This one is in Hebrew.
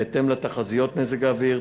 בהתאם לתחזיות מזג האוויר,